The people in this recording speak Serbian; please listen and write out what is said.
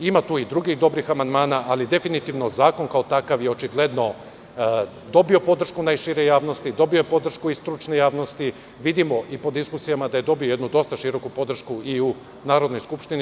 Ima tu i drugih dobrih amandmana, ali, definitivno, zakon kao takav je očigledno dobio podršku najšire javnosti, dobio podršku i stručne javnosti, a vidimo i po diskusijama da je dobio jednu dosta široku podršku i u Narodnoj skupštini.